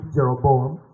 Jeroboam